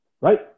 Right